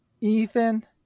Ethan